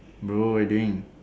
bro waiting